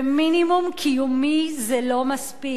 ומינימום קיומי זה לא מספיק.